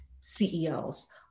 CEOs